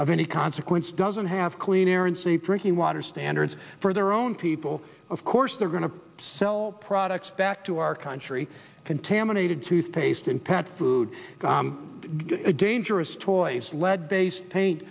of any consequence doesn't have clean air and sea prinking water standards for their own people of course they're going to sell products back to our country contaminated toothpaste and pet food a dangerous toys lead based pai